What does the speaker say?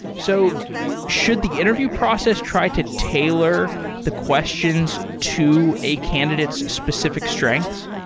so should the interview process try to tailor the questions to a candidate's specific strengths?